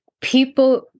people